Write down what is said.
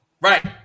right